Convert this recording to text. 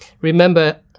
Remember